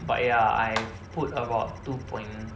but ya I put about two point